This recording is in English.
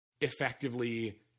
effectively